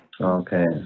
Okay